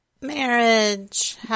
Marriage